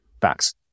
Facts